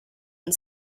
and